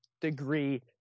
degree